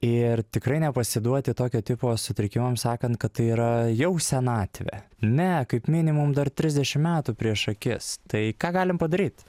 ir tikrai nepasiduoti tokio tipo sutrikimams sakant kad tai yra jau senatvė ne kaip minimum dar trisdešimt metų prieš akis tai ką galim padaryt